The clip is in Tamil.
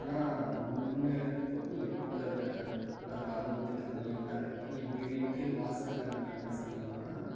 ஆனால் முன்ன இருந்ததுக்கும் இப்போ அதோட அளவு வந்து கம்மியாகதான் இருக்கு எங்கள் வீட்டு வாசலில் நாங்கள் என்ன செய்வோன்னா